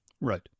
Right